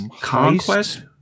conquest